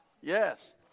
yes